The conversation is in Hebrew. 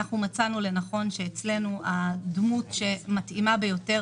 אנחנו מצאנו לנכון שאצלנו הדמות המתאימה ביותר